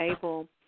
able